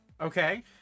Okay